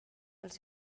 pels